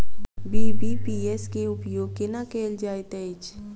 BBPS केँ उपयोग केना कएल जाइत अछि?